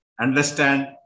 understand